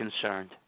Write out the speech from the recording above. concerned